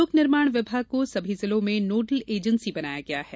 लोक निर्माण विभाग को सभी जिलों में नोडल ऐजेन्सी बनाया गया है